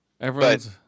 everyone's